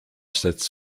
sets